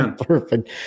Perfect